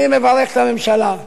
אני מברך את הממשלה,